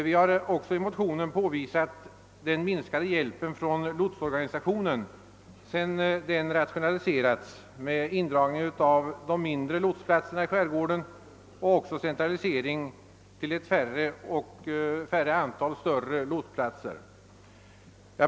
Vi har i motionen också påvisat den minskade hjälpen från lotsorganisationen sedan den rationaliserats med indragning av de mindre lotsplatserna i skärgården och centralisering till ett färre antal större lotsplatser.